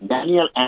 Daniel